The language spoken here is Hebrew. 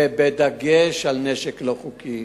ובדגש על נשק לא חוקי.